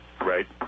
right